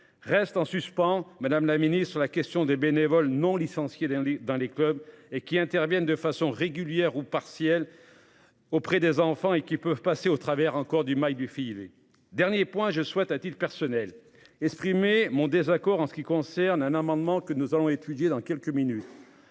reste en suspens, madame la Ministre, sur la question des bénévoles non licenciés dans les dans les clubs et qui interviennent de façon régulière ou partiel. Auprès des enfants et qui peuvent passer au travers encore du mailles du filet. Dernier point, je souhaite a-t-il personnel exprimer mon désaccord en ce qui concerne un amendement que nous allons étudier dans quelques minutes.